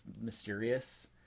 mysterious